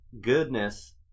goodness